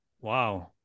Wow